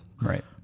Right